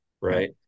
Right